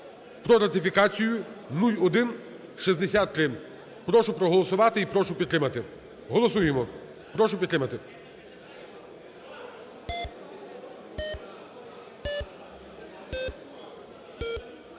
про ратифікацію, 0163. Прошу проголосувати, прошу підтримати. Голосуємо. Прошу підтримати.